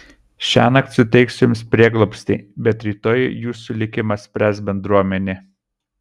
šiąnakt suteiksiu jums prieglobstį bet rytoj jūsų likimą spręs bendruomenė